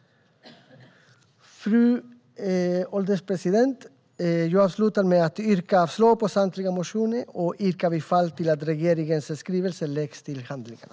Fru ålderspresident! Jag avslutar med att yrka avslag på samtliga motioner och yrka bifall till att regeringens skrivelse läggs till handlingarna.